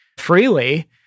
Freely